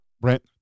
Brent